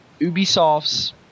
Ubisoft's